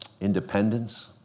independence